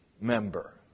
member